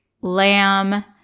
lamb